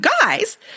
guys